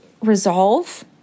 resolve